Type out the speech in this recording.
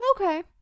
Okay